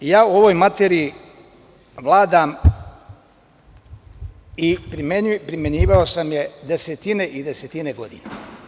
U ovoj materiji vladam i primenjivao sam je desetine i desetine godina.